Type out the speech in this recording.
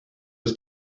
was